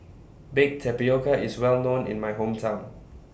Baked Tapioca IS Well known in My Hometown